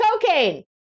cocaine